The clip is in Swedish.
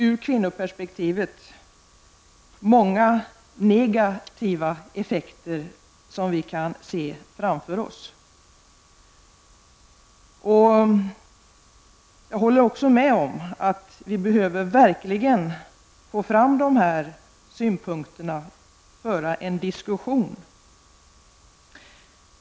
Ur kvinnoperspektivet finns det många negativa effekter som vi kan se framför oss. Jag håller med om att vi verkligen behöver få fram dessa synpunkter och föra en diskussion.